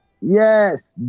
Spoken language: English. Yes